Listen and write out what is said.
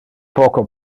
poco